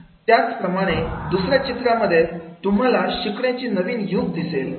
त्याचप्रमाणे दुसऱ्या चित्रांमध्ये तुम्हाला शिकण्याची नवीन युग दिसेल